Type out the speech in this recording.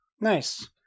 Nice